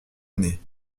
année